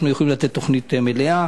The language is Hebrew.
אנחנו יכולים לתת תוכנית מלאה.